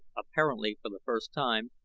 apparently for the first time,